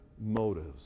motives